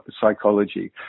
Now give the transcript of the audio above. psychology